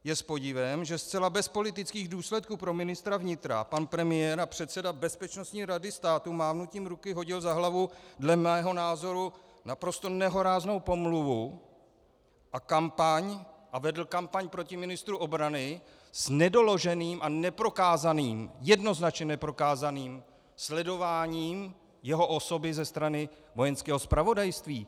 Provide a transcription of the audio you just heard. Je s podivem, že zcela bez politických důsledků pro ministra vnitra pan premiér a předseda Bezpečnostní rady státu mávnutím ruky hodil za hlavu dle mého názoru naprosto nehoráznou pomluvu a vedl kampaň proti ministru obrany s nedoloženým a neprokázaným, jednoznačně neprokázaným sledováním jeho osoby ze strany Vojenského zpravodajství.